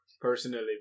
personally